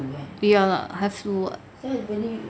ya lah have to [what]